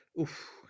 Oof